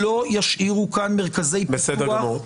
בסדר,